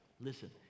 listen